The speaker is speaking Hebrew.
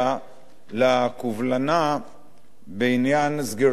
לקובלנה בעניין סגירת התיקים.